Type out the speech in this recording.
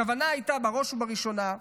הכוונה הייתה בראש ובראשונה לאלימות,